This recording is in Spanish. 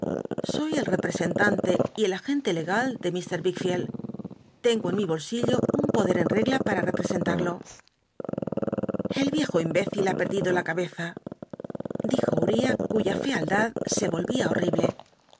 soy el cpesenlante y el agente legal de iir wickfield l'engo en mi bolsillo un poder en regla xwa rep esenl ll'io el viejo imbécil ha perdido la cabeza dijo ü riah cuya fealdad se volyia horrible